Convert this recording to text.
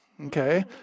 Okay